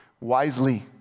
wisely